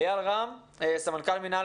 איל רם, סמנכ"ל מינהל